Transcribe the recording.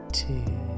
two